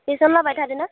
tuition लाबाय थादों ना